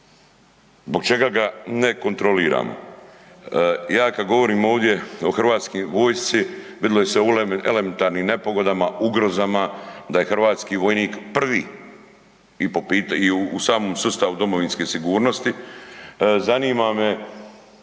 Zbog čega ga ne kontroliramo? Ja kad govorim ovdje o HV-u vidilo je se u elementarnim nepogodama, ugrozama, da je hrvatski vojnik prvi i po pitanju i u samom sustavu domovinske sigurnosti. Zanima me